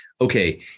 okay